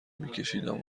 میکشیدم